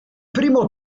primo